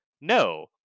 no